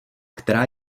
která